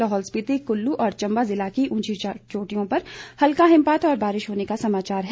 लाहौल स्पिति कुल्लु और चंबा जिला की उंची चोटियों पर हल्का हिमपात और बारिश होने का समाचार है